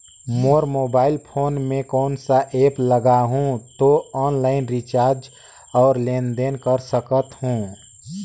मोर mobile phone मे कोन सा एप्प लगा हूं तो ऑनलाइन रिचार्ज और लेन देन कर सकत हू?